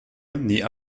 nie